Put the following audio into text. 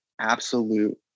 absolute